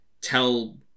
tell